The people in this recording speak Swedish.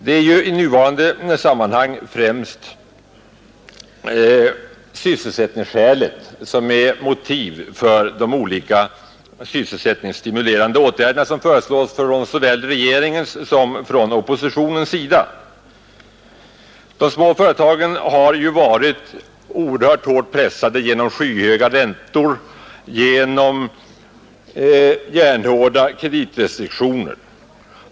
Det är ju nu främst sysselsättningen som är motivet för de olika sysselsättningsstimulerande åtgärder som föreslås från såväl regeringens som oppositionens sida, De små företagen har varit oerhört hårt pressade genom skyhöga räntor och järnhårda kreditrestriktioner.